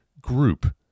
group